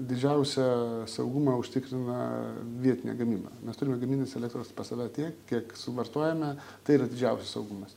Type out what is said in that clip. didžiausią saugumą užtikrina vietinė gamyba mes turime gamintis elektros pas save tiek kiek suvartojame tai yra didžiausias saugumas